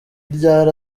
ryari